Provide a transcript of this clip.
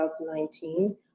2019